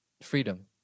freedom